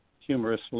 humorous